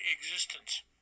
existence